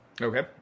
Okay